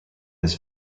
his